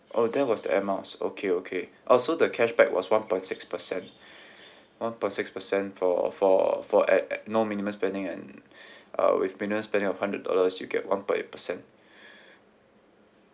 oh that was the air miles okay okay orh so the cashback was one point six percent one point six percent for for for at at no minimum spending and uh with minimum spending of hundred dollars you get one point eight percent